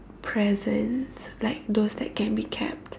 presents like those that can be kept